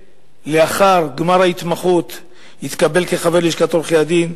ולאחר גמר ההתמחות יתקבל כחבר לשכת עורכי-הדין.